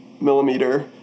millimeter